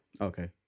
Okay